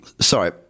Sorry